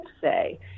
say